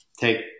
take